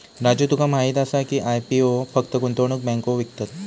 राजू तुका माहीत आसा की, आय.पी.ओ फक्त गुंतवणूक बँको विकतत?